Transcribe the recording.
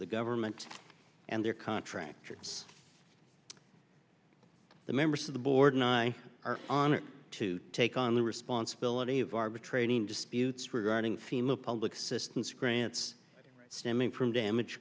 the government and their contractors the members of the board and i are honored to take on the responsibility of arbitrating disputes regarding seem the public's assistance grants stemming from damage